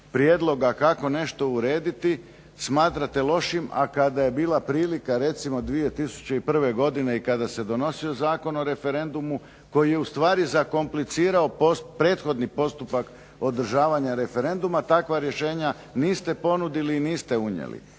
prijedloga kako nešto urediti, smatrate lošim, a kada je bila prilika recimo 2011. godine i kada se donosio Zakon o referendumu koji je ustvari zakomplicirao prethodni postupak održavanja referenduma takva rješenja niste ponudili i niste unijeli.